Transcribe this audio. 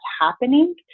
happening